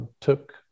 took